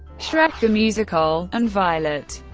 shrek the musical, and violet.